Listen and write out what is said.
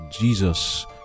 Jesus